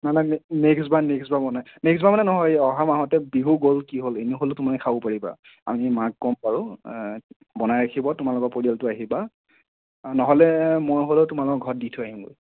নালাগে নেক্সট বাৰ নেক্সট বাৰ বনাম নেক্সট বাৰ মানে নহয় অহা মাহতে বিহু গ'ল কি হ'ল এনেই হলেওতো মানে খাব পাৰিবা আমি মাক কম বাৰু বনাই ৰাখিব তোমালোকৰ পৰিয়ালটো আহিবা নহ'লে মই হ'লেও তোমালোকৰ ঘৰত দি থৈ আহিম গৈ